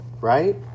Right